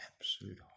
absolute